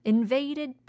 Invaded